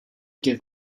give